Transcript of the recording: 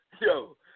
yo